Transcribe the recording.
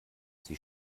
sie